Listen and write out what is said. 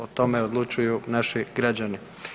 O tome odlučuju naši građani.